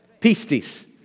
pistis